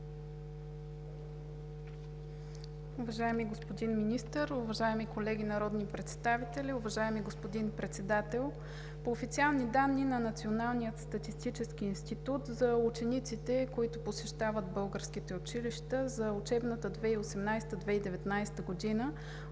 Уважаеми господин Министър, уважаеми колеги народни представители, уважаеми господин Председател! По официални данни на Националния статистически институт за учениците, които посещават българските училища за учебната 2018/2019 г.,